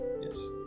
Yes